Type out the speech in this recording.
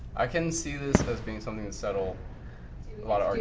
i can see this as being something to settle a lot